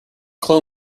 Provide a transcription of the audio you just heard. clone